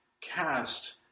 cast